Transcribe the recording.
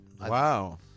Wow